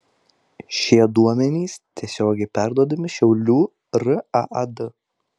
šie duomenys tiesiogiai perduodami šiaulių raad